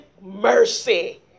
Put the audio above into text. mercy